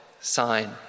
sign